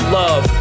love